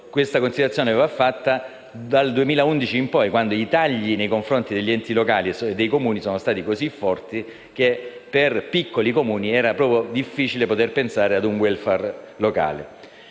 e soprattutto dal 2011 in poi, quando i tagli nei confronti degli enti locali e dei Comuni sono stati così forti che per i piccoli Comuni è stato proprio difficile pensare ad un *welfare* locale.